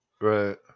Right